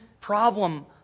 problem